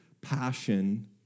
passion